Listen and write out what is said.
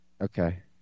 Okay